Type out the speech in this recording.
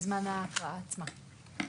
בזמן ההקראה עצמה.